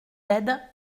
aides